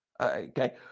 Okay